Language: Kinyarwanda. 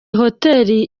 hotel